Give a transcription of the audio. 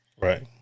right